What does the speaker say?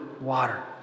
water